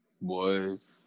Boys